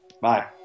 Bye